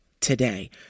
Today